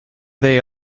they